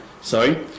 sorry